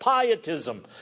pietism